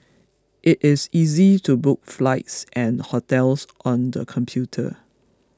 it is easy to book flights and hotels on the computer